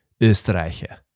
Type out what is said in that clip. österreicher